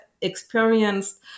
experienced